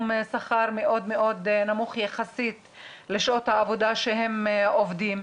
שכר מאוד מאוד נמוך יחסית לשעות העבודה שהם עובדים,